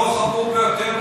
דוח חמור ביותר,